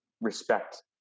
respect